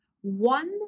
one